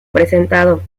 presentado